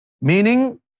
Meaning